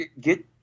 get